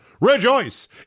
rejoice